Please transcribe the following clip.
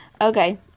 Okay